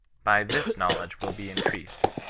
by this knowledge will be increased,